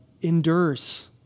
endures